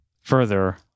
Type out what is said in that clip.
further